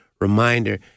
reminder